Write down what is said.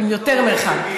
עם יותר מרחב.